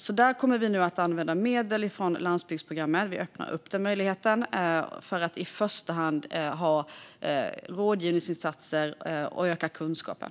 Vi kommer nu att använda medel från Landsbygdsprogrammet - vi öppnar upp för den möjligheten - för att i första hand ha rådgivningsinsatser och för att öka kunskapen.